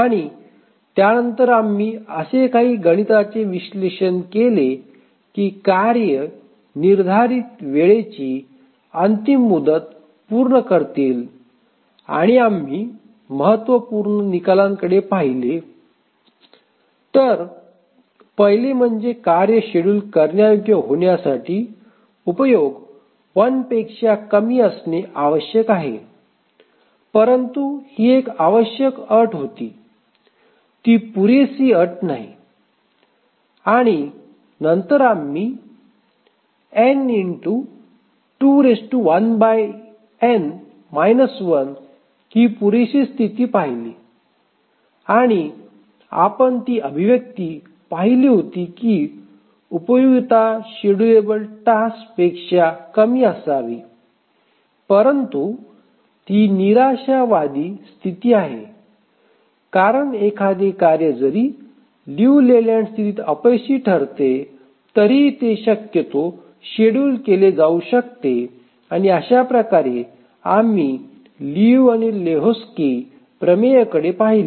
आणि त्यानंतर आम्ही असे काही गणिताचे विश्लेषण केले की कार्ये निर्धारित वेळेची अंतिम मुदत पूर्ण करतील आणि आम्ही महत्त्वपूर्ण निकालांकडे पाहिले तर पहिले म्हणजे कार्ये शेड्यूल करण्यायोग्य होण्यासाठी उपयोग 1 पेक्षा कमी असणे आवश्यक आहे परंतु ही एक आवश्यक अट होती ते पुरेसे नाही आणि नंतर आम्ही ही पूरेशी स्थिती पाहिली आणि आपण ती अभिव्यक्ती पाहिली होती की उपयोगिता शेड्युलेबल टास्क पेक्षा कमी असावी परंतु ही निराशावादी स्थिती आहे कारण एखादी कार्ये जरी लियू लेलँड स्थितीत अपयशी ठरते परंतु तरीही ते शक्यतो शेड्युल केले जाऊ शकते आणि अशाप्रकारे आम्ही लियू आणि लेहोक्स्की प्रमेयकडे पाहिले